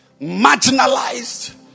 marginalized